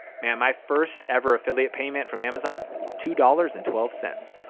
my my first ever affiliate payment from amazon two dollars and twelve cents.